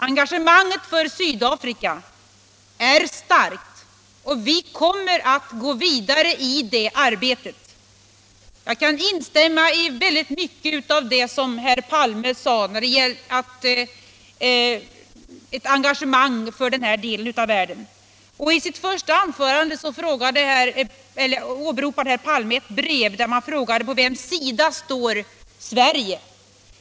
Engagemanget när det gäller Sydafrika är starkt och vi kommer att gå vidare i det arbetet. Jag kan instämma i väldigt mycket av det som herr Palme sade om ett engagemang för den delen av världen. I sitt första anförande åberopade herr Palme ett brev där man frågade på vems sida Sverige står.